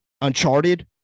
uncharted